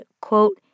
quote